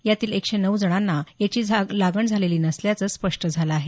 यातील एकशे नऊ जणांना याची लागण झालेली नसल्याचं स्पष्ट झालं आहे